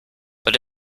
but